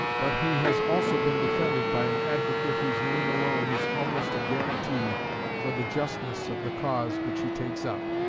but he has also been defended by an advocate whose name alone is almost a guarantee for the justness of the cause which he takes up,